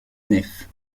nef